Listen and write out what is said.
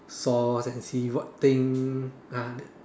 source and see what thing uh that